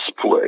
play